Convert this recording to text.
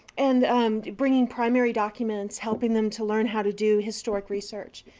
and bringing primary documents, helping them to learn how to do historic research.